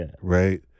right